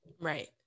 Right